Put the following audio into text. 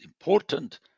important